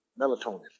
melatonin